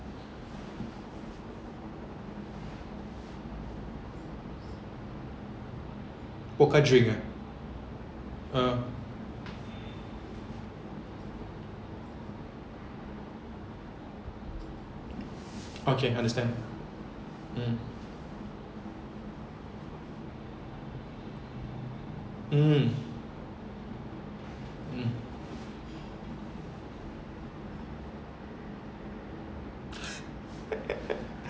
pokka drink ah okay understand mm mm mm